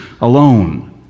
alone